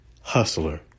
Hustler